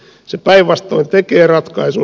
se päinvastoin tekee ratkaisun